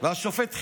והשופט חשין.